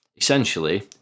essentially